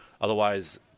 otherwise